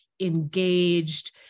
engaged